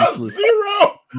zero